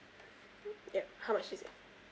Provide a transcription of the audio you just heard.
ya how much is it